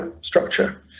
structure